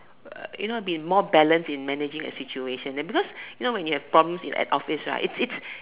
uh you know been more balance in managing a situation that because you know when you have problems in an office right it's it's